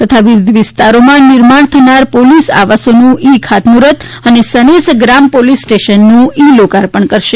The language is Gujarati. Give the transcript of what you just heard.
તથા વિવિધ વિસ્તારોમાં નિર્માણ થનાર પોલીસ આવાસોનું ઈ ખાતમૂહર્ત અને સનેસ ગ્રામ્ય પોલીસ સ્ટેશનનું ઈ લોકાર્પણ કરશે